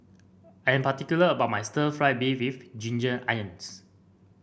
I am particular about my Stir Fried Beef with Ginger Onions